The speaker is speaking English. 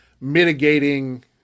mitigating